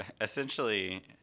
essentially